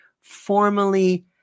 formally